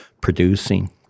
producing